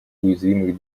уязвимых